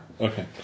okay